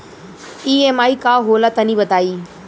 EMI का होला तनि बताई?